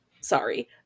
Sorry